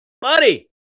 buddy